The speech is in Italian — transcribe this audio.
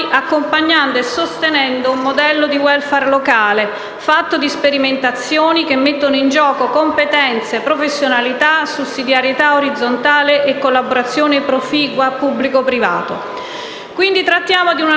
accompagnando e sostenendo un modello di *welfare* locale, fatto di sperimentazioni che mettono in gioco competenze, professionalità, sussidiarietà orizzontale e collaborazione proficua tra pubblico e privato. Quindi trattiamo di una normativa